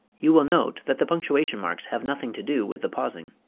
you will note that the punctuation marks have nothing to do with the pausing.